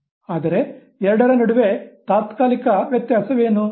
ಆದರೆ ಎರಡರ ನಡುವಿನ ತಾತ್ಕಾಲಿಕ ವ್ಯತ್ಯಾಸವೇನು